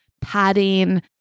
padding